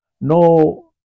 no